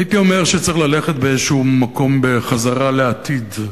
הייתי אומר שצריך ללכת באיזה מקום בחזרה לעתיד,